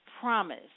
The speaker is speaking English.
promise